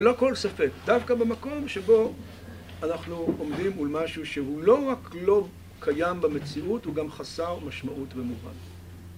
לא כל ספק. דווקא במקום שבו אנחנו עומדים מול משהו שהוא לא רק לא קיים במציאות, הוא גם חסר משמעות ומובן.